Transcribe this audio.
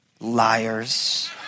Liars